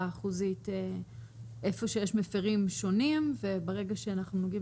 אחוזית היכן שיש מפירים שונים וברגע שאנחנו נוגעים